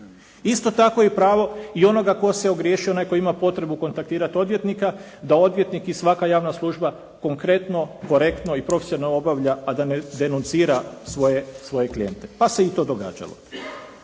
Isto tako i pravo i onoga tko se ogriješio i onoga tko ima potrebu kontaktirati odvjetnika da odvjetnik i svaka javna služba konkretno i korektno i profesionalno, a da ne … svoje klijente, pa se i to događalo.